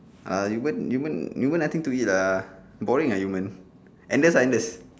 ah yumen yumen yumen nothing to eat ah boring ah Andes sign the